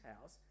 house